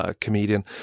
comedian